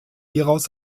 hieraus